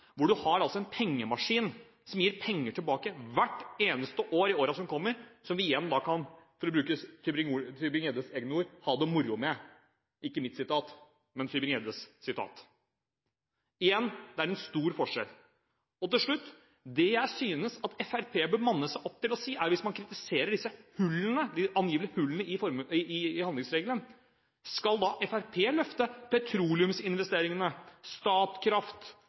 hvor du altså har en pengemaskin som gir penger tilbake hvert eneste år i årene som kommer, som vi igjen da – for å bruke Tybring-Gjeddes egne ord – kan ha det «moro» med. Dette er altså ikke mitt ord, men Tybring-Gjeddes ord. Igjen: Det er en stor forskjell. Og til slutt: Det jeg synes Fremskrittspartiet bør manne seg opp til å si, er – hvis man kritiserer disse angivelige hullene i handlingsregelen – om Fremskrittspartiet da skal løfte petroleumsinvesteringene, Statkraft,